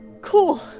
cool